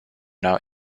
out